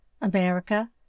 America